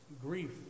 grief